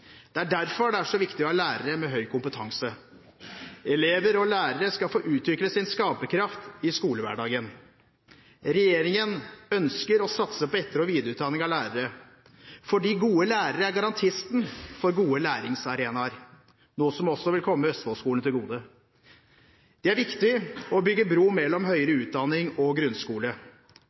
Det er derfor det er så viktig å ha lærere med høy kompetanse. Elever og lærere skal få utvikle sin skaperkraft i skolehverdagen. Regjeringen ønsker å satse på etter- og videreutdanning av lærere fordi gode lærere er garantisten for gode læringsarenaer, noe som også vil komme Østfold-skolene til gode. Det er viktig å bygge bro mellom høyere utdanning og grunnskole.